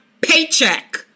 paycheck